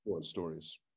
stories